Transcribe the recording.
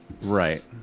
Right